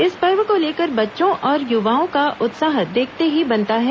इस पर्व को लेकर बच्चों और युवाओं का उत्साह देखते ही बनता है